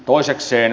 toisekseen